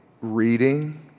reading